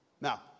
Now